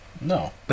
No